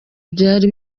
byari